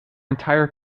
entire